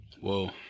Whoa